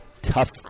tough